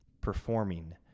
performing